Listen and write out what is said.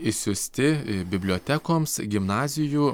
išsiųsti bibliotekoms gimnazijų